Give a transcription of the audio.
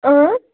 اۭں